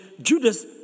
Judas